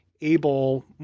able